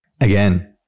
Again